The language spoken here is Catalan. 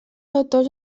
autors